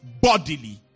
bodily